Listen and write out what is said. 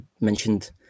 mentioned